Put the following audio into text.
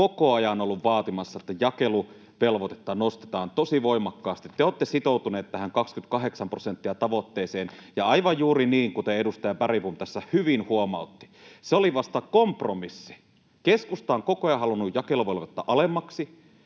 koko ajan ollut vaatimassa, että jakeluvelvoitetta nostetaan tosi voimakkaasti. Te olette sitoutuneet tähän 28 prosenttia ‑tavoitteeseen, ja aivan juuri niin kuten edustaja Bergbom tässä hyvin huomautti, se oli vasta kompromissi. Keskusta on koko ajan halunnut jakeluvelvoitetta alemmaksi,